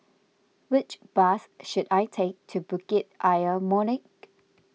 which bus should I take to Bukit Ayer Molek